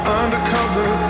undercover